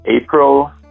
April